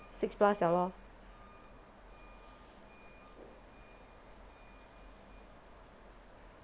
six plus liao lor